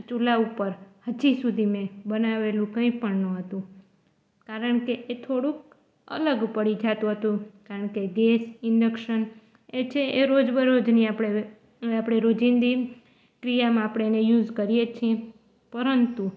ચૂલા ઉપર હજી સુધી મેં બનાવેલું કંઈ પણ નહોતું કારણ કે એ થોડુંક અલગ પડી જતું હતું કારણ કે ગેસ ઇન્ડક્શન એ છે એ રોજબરોજની આપણે આપણી રોજીંદી ક્રિયામાં આપણે એને યુઝ કરીએ જ છીએ પરંતુ